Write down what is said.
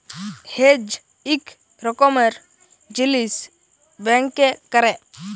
hedge ইক রকমের জিলিস ব্যাংকে ক্যরে